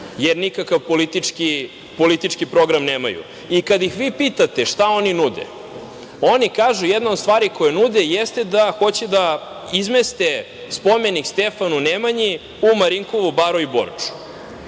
jer nikakav politički program nemaju. Kada ih pitate šta oni nude, oni kažu da jednu od stvari koju nude jeste da hoće da izmeste spomenik Stefanu Nemanji u Marinkovu baru i Borču.